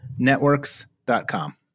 networks.com